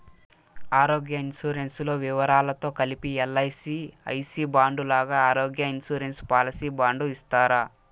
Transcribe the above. ఆరోగ్య ఇన్సూరెన్సు లో వివరాలతో కలిపి ఎల్.ఐ.సి ఐ సి బాండు లాగా ఆరోగ్య ఇన్సూరెన్సు పాలసీ బాండు ఇస్తారా?